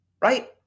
Right